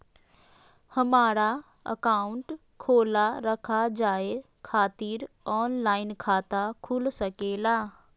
हमारा अकाउंट खोला रखा जाए खातिर ऑनलाइन खाता खुल सके ला?